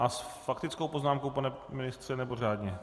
S faktickou poznámkou, pane ministře, nebo řádně?